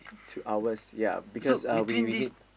two hours ya because uh we we need